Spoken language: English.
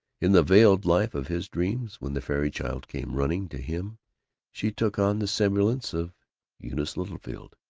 in the veiled life of his dreams, when the fairy child came running to him she took on the semblance of eunice littlefield.